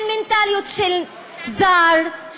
עם מנטליות של זר,